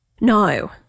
No